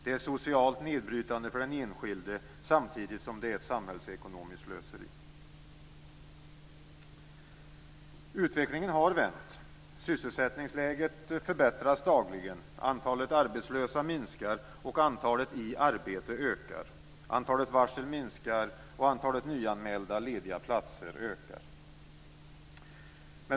Det är socialt nedbrytande för den enskilde samtidigt som det är ett samhällsekonomiskt slöseri. Utvecklingen har vänt. Sysselsättningsläget förbättras dagligen. Antalet arbetslösa minskar och antalet i arbete ökar. Antalet varsel minskar och antalet nyanmälda lediga platser ökar.